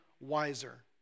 wiser